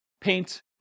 paint